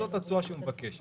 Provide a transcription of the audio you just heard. זאת התשואה שהוא מבקש.